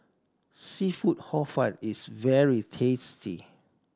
seafood Hor Fun is very tasty